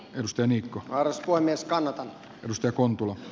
rusteni kun varas voi myös palata jos ja kun tulo